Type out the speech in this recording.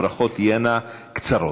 הברכות תהיינה קצרות.